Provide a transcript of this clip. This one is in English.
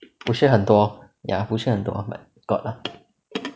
不是很多 ya 不是很多 but got lah